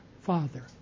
Father